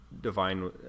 divine